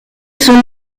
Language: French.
son